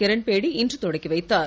கிரண்பேடி இன்று தொடக்கிவைத்தார்